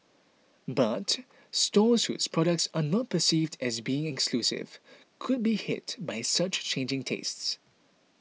but stores whose products are not perceived as being exclusive could be hit by such changing tastes